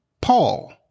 Paul